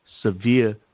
severe